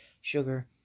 sugar